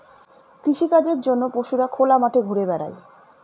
কৃষিকাজের জন্য পশুরা খোলা মাঠে ঘুরা বেড়ায়